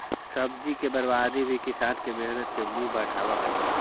सब्जी के बर्बादी भी किसान के मेहनत के मुँह चिढ़ावऽ हइ